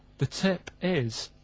the tip is,